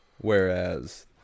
whereas